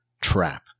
trap